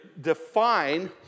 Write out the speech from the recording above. define